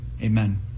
amen